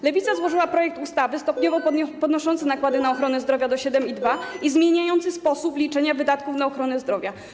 Lewica złożyła projekt ustawy stopniowo podnoszącej nakłady na ochronę zdrowia do 7,2 i zmieniającej sposób liczenia wydatków na ochronę zdrowia.